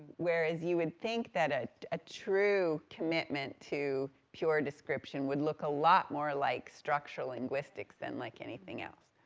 whereas you would think that ah a true commitment to pure description would look a lot more like structural linguistics, than like anything else,